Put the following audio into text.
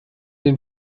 den